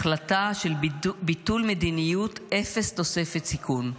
החלטה של ביטול מדיניות אפס תוספת סיכון.